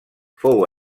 fou